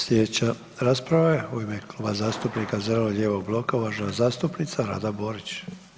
Sljedeća rasprava je u ime Kluba zastupnika zeleno-lijevog bloka uvažena zastupnica Rada Borić.